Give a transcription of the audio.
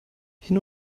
hin